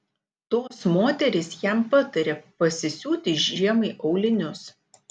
tos moterys jam patarė pasisiūti žiemai aulinius